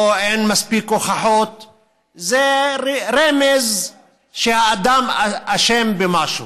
אין מספיק הוכחות, זה רמז שהאדם אשם במשהו,